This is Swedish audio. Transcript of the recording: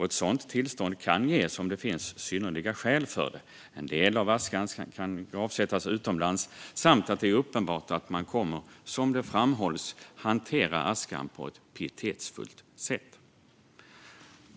Ett sådant tillstånd kan ges om det finns synnerliga skäl för det, som att en del av askan kan gravsättas utomlands, samt att det är uppenbart att man, som det framhålls, kommer att hantera askan på ett pietetsfullt sätt.